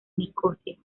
nicosia